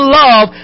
love